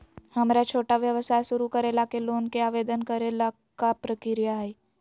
हमरा छोटा व्यवसाय शुरू करे ला के लोन के आवेदन करे ल का प्रक्रिया हई?